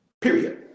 period